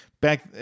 back